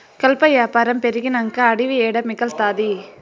కలప యాపారం పెరిగినంక అడివి ఏడ మిగల్తాది